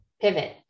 Pivot